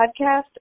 podcast